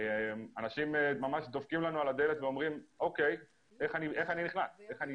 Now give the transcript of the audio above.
ואנשים דופקים לנו ממש על הדלת ואומרים: איך אנחנו באים?